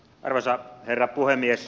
arvoisa herra puhemies